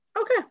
Okay